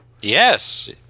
Yes